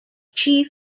chief